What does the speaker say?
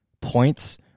points